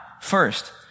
first